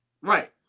Right